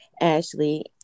Ashley